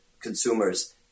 consumers